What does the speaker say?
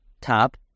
top